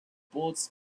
bullets